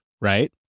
right